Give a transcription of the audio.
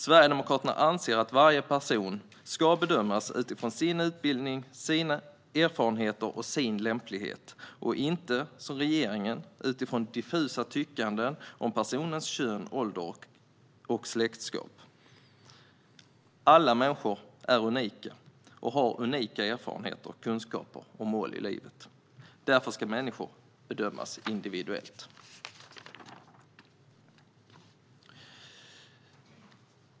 Sverigedemokraterna anser att varje person ska bedömas utifrån sin utbildning, sina erfarenheter och sin lämplighet och inte som regeringen anser utifrån diffusa tyckanden om personens kön, ålder och släktskap. Alla människor är unika och har unika erfarenheter, kunskaper och mål i livet. Därför ska människor bedömas individuellt.